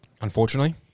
unfortunately